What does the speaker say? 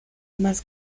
más